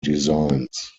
designs